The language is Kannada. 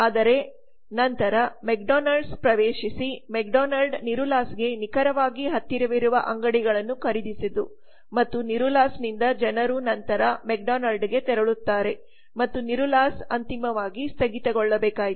ಆದರೆ ನಂತರ ಮೆಕ್ಡೊನಾಲ್ಡ್ಸ್ ಪ್ರವೇಶಿಸಿ ಮೆಕ್ಡೊನಾಲ್ಡ್ಸ್ ನಿರುಲಾಸ್ಗೆ ನಿಖರವಾಗಿ ಹತ್ತಿರವಿರುವ ಅಂಗಡಿಗಳನ್ನು ಖರೀದಿಸಿತು ಮತ್ತು ನಿರುಲಾಸ್ನಿಂದ ಜನರು ನಂತರ ಮೆಕ್ಡೊನಾಲ್ಡ್ಸ್ಗೆ ತೆರಳುತ್ತಾರೆ ಮತ್ತು ನಿರುಲಾಸ್ ಅಂತಿಮವಾಗಿ ಸ್ಥಗಿತಗೊಳ್ಳಬೇಕಾಯಿತು